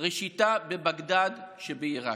ראשיתה בבגדד שבעיראק,